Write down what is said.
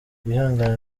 bihangane